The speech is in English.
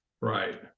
right